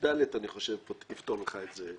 אני חושב שסעיף קטן (ד) אמור לפתור לך את זה.